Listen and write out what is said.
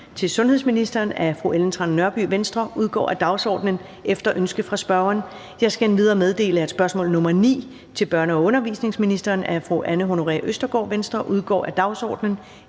til sundhedsministeren af fru Ellen Trane Nørby (V) udgår af dagsordenen efter ønske fra spørgeren. Jeg skal endvidere meddele, at spørgsmål nr. 9 (spm. nr. S 1193) til børne- og undervisningsministeren af fru Anne Honoré Østergaard (V) udgår af dagsordenen